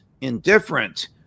indifferent